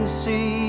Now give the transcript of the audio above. see